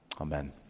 amen